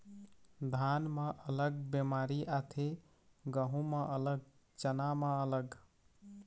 धान म अलग बेमारी आथे, गहूँ म अलग, चना म अलग